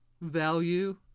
value